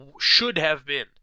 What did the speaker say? should-have-been